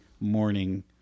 morning